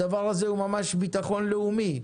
הדבר הזה הוא ממש ביטחון לאומי.